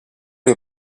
les